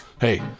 Hey